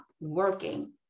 Working